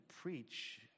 preach